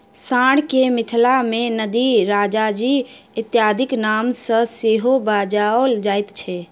साँढ़ के मिथिला मे नंदी, राजाजी इत्यादिक नाम सॅ सेहो बजाओल जाइत छै